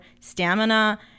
stamina